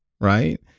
right